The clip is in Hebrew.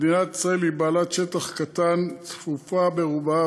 מדינת ישראל היא בעלת שטח קטן וצפופה ברובה,